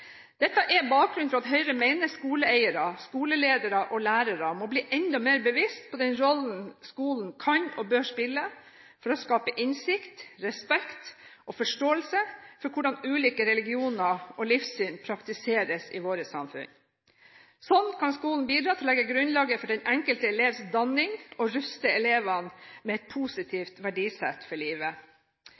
Dette er bakgrunnen for at Høyre mener skoleeiere, skoleledere og lærere må bli enda mer bevisst på den rollen skolen kan og bør spille for å skape innsikt, respekt og forståelse for hvordan ulike religioner og livssyn praktiseres i vårt samfunn. Slik kan skolen bidra til å legge grunnlaget for den enkelte elevs danning og ruste elevene med et positivt verdisett for livet.